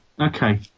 Okay